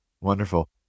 Wonderful